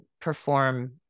perform